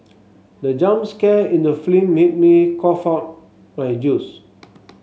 the jump scare in the made me cough out my juice